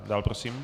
Dál prosím.